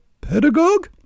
pedagogue